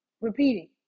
repeating